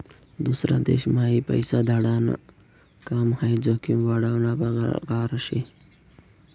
दूसरा देशम्हाई पैसा धाडाण काम हाई जोखीम वाढावना परकार शे